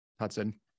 Hudson